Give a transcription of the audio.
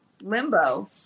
limbo